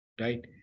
right